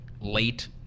late